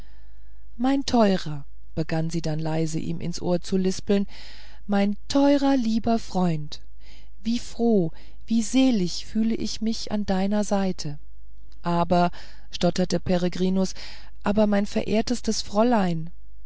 mein teurer begann sie dann leise ihm ins ohr lispelnd mein teurer lieber freund wie froh wie selig fühle ich mich an deiner seite aber stotterte peregrinus aber mein verehrtestes fräulein